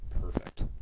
perfect